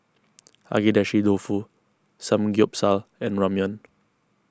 Agedashi Dofu Samgyeopsal and Ramyeon